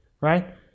right